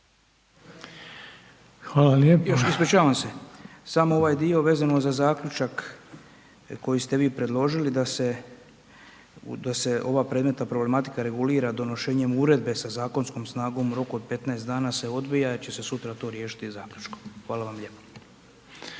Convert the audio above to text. Oleg (HDZ)** Ispričavam se, samo ovaj dio vezano za zaključak koji ste vi predložili da se ova predmetna problematika regulira donošenjem uredbe sa zakonskom snagom u roku od 15 dana se odbija jer će se sutra to riješiti zaključkom, hvala vam lijepo.